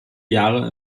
jahre